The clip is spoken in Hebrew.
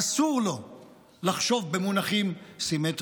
אסור לו לחשוב במונחים סימטריים.